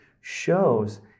shows